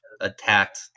attacked